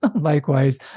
Likewise